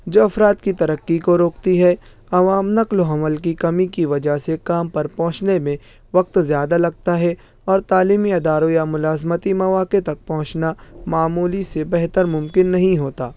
جو افراد کی ترقی کو روکتی ہے عوام نقل و حمل کی کمی کی وجہ سے کام پر پہنچنے میں وقت زیادہ لگتا ہے اور تعلیمی اداروں یا ملازمتی مواقع تک پہنچنا معمولی سے بہتر ممکن نہیں ہوتا